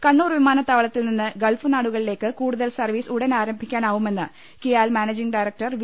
കണ്ണൂർ വിമാനത്താവളത്തിൽ നിന്ന് ഗൾഫ് നാടുകളിലേക്ക് കൂ ടുതൽ സർവ്വീസ് ഉടൻ ആരംഭിക്കാനാകുമെന്ന് KIAL managing director V